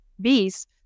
bees